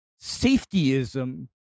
safetyism